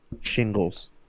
shingles